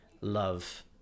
love